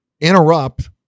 interrupt